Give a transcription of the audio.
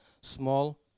small